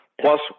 plus